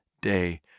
day